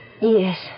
Yes